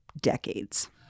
decades